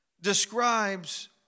describes